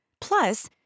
Plus